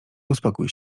uspokój